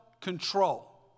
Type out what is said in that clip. control